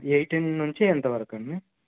eighteen నుంచి ఎంత వరకు అండి